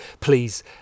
please